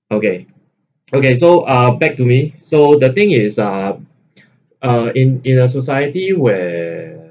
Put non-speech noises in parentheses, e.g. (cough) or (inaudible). okay okay so uh back to me so the thing is uh (noise) uh in in a society where